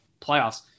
playoffs